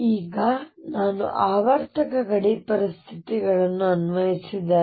ಈಗ ನಾನು ಇಲ್ಲಿ ಆವರ್ತಕ ಗಡಿ ಪರಿಸ್ಥಿತಿಗಳನ್ನು ಅನ್ವಯಿಸಿದರೆ